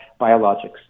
biologics